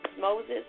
Moses